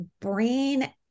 brain